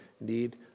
need